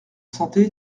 santé